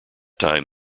time